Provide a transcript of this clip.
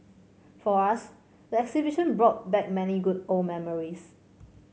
for us the exhibition brought back many good old memories